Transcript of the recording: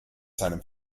seinem